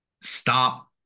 stop